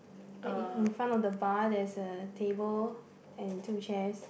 then in front of the bar there is a table and two chairs